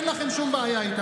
אין לכם שום בעיה איתם.